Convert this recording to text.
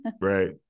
Right